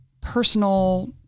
personal